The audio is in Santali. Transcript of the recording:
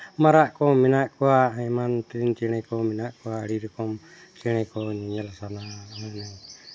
ᱢᱟᱨᱟᱜ ᱠᱚ ᱢᱮᱱᱟᱜ ᱠᱚᱣᱟ ᱮᱢᱟᱱ ᱛᱮᱱ ᱪᱮᱬᱮ ᱟᱹᱰᱤ ᱨᱚᱠᱚᱢ ᱪᱮᱬᱮ ᱠᱚ ᱧᱮᱞ ᱥᱟᱱᱟᱣᱟ ᱢᱟᱱᱮ